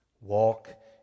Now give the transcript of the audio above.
Walk